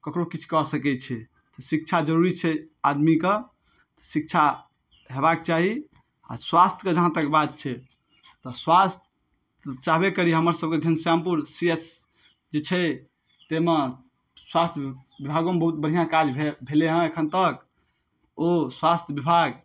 ककरो किछु कऽ सकै छै शिक्षा जरुरी छै आदमीके शिक्षा हेबाक चाही आओर स्वास्थके जहाँ तक बात छै तऽ स्वास्थ चाहबे करी हमर सबके घनश्यामपुर सी एस जे छै तैमे स्वास्थ विभागोमे बहुत बढ़िआँ काज भेलैहाँ एखन तक ओ स्वास्थ विभाग